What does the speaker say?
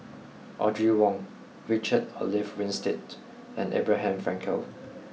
Audrey Wong Richard Olaf Winstedt and Abraham Frankel